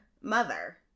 mother